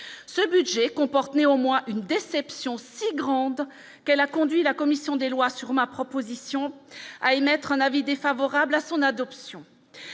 ce budget comporte néanmoins une déception si grande qu'elle a conduit la commission des lois, sur ma proposition à émettre un avis défavorable à son adoption,